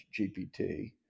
GPT